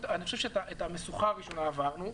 אני חושב שאת המשוכה הראשונה עברנו,